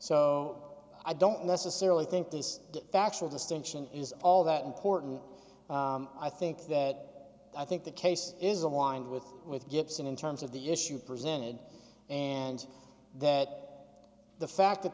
so i don't necessarily think this factual distinction is all that important i think that i think the case is aligned with with gibson in terms of the issue presented and that the fact that